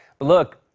but look,